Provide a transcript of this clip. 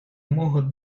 могут